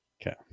Okay